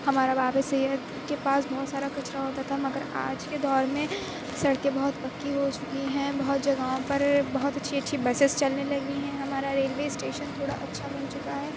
ہمارا بابِ سید کے پاس بہت سارا کچرا ہوتا تھا مگر آج کے دور میں سڑکیں بہت پکّی ہو چُکی ہیں بہت جگہوں پر بہت اچھی اچھی بسیز چلنے لگی ہیں ہمارا ریلوے اسٹیشن تھوڑا اچھا بن چُکا ہے